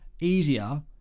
easier